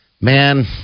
Man